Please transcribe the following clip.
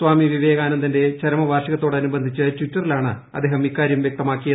സ്വാമിവിവേകാനന്ദന്റെ ചരമ വാർഷികത്തോട് അനുബന്ധിച്ച് ടിറ്ററിലാണ് അദ്ദേഹം ഇക്കാര്യം വൃക്തമാക്കിയത്